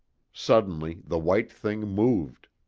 suddenly the white thing moved.